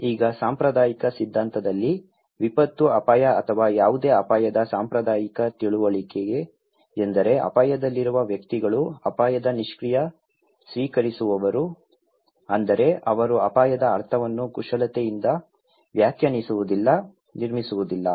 ಈಗ ಸಾಂಪ್ರದಾಯಿಕ ಸಿದ್ಧಾಂತದಲ್ಲಿ ವಿಪತ್ತು ಅಪಾಯ ಅಥವಾ ಯಾವುದೇ ಅಪಾಯದ ಸಾಂಪ್ರದಾಯಿಕ ತಿಳುವಳಿಕೆ ಎಂದರೆ ಅಪಾಯದಲ್ಲಿರುವ ವ್ಯಕ್ತಿಗಳು ಅಪಾಯದ ನಿಷ್ಕ್ರಿಯ ಸ್ವೀಕರಿಸುವವರು ಅಂದರೆ ಅವರು ಅಪಾಯದ ಅರ್ಥವನ್ನು ಕುಶಲತೆಯಿಂದ ವ್ಯಾಖ್ಯಾನಿಸುವುದಿಲ್ಲ ನಿರ್ಮಿಸುವುದಿಲ್ಲ